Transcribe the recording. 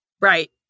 Right